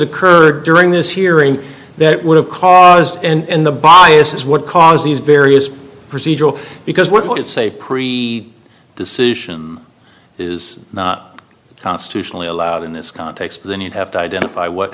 occurred during this hearing that would have caused and the bias is what caused these various procedural because what it's a pre the decision is not constitutionally allowed in this context then you have to identify what